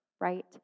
right